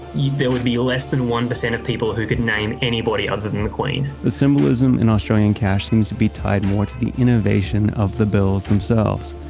there would be less than one percent of people who could name anybody other than the queen. the symbolism in australian cash seems to be tied more to the innovation of the bills themselves.